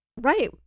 right